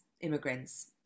immigrants